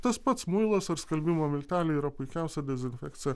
tas pats muilas ar skalbimo milteliai yra puikiausia dezinfekcija